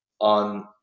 on